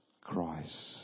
Christ